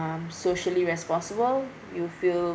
um socially responsible you feel